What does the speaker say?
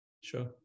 Sure